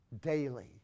Daily